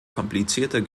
komplizierter